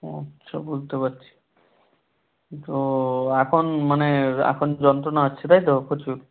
ও আচ্ছা বুঝতে পারছি তো এখন মানে এখন যন্ত্রণা হচ্ছে তাই তো প্রচুর